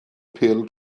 pêl